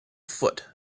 foot